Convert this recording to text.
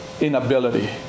inability